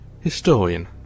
Historian